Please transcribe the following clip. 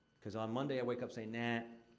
because on monday, i wake up saying, nah.